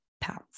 pounds